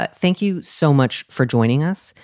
but thank you so much for joining us.